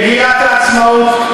מגילת העצמאות,